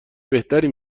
بهتری